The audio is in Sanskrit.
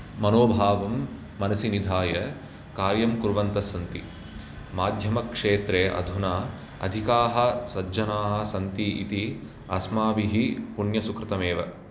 मनोभावं मनसि निधाय कार्यं कुर्वन्तः सन्ति माध्यमक्षेत्रे अधुना अधिकाः सज्जनाः सन्ति इति अस्माभिः पुण्यसुकृतमेव